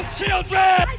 children